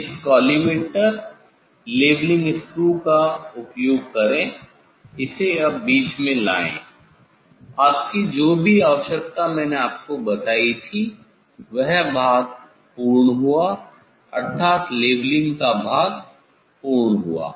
इस collimator levelling screw का उपयोग करें इसे अब मध्य में लाएं आपकी जो भी आवश्यकता मैंने आपको बताई थी वह भाग पूर्ण हुआ अर्थात लेवलिंग का भाग पूर्ण हुआ